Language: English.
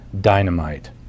dynamite